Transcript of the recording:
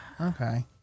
Okay